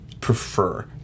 prefer